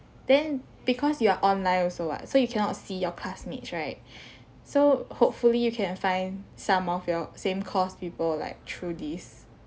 then because you are online also [what] so you cannot see your classmates right so hopefully you can find some of your same course people like through this